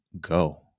go